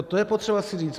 To je potřeba si říct.